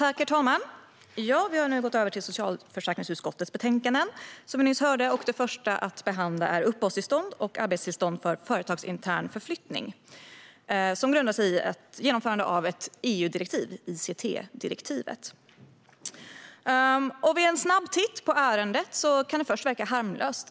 Herr talman! Vi har nu gått över till socialförsäkringsutskottets betänkanden. Det första att behandla gäller uppehålls och arbetstillstånd för företagsintern förflyttning och grundar sig i genomförande av ett EU-direktiv, ICT-direktivet. Vid en snabb titt på ärendet kan det först verka harmlöst.